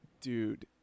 Dude